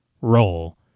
roll